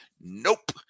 Nope